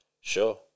Sure